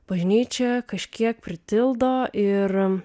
bažnyčia kažkiek pritildo ir